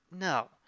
no